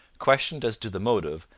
questioned as to the motive,